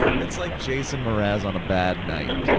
it's like jason mraz on a bad night.